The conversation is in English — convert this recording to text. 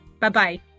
Bye-bye